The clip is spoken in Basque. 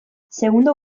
segundo